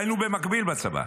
והיינו במקביל בצבא,